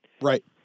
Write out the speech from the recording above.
Right